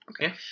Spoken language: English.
Okay